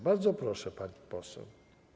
Bardzo proszę, pani poseł.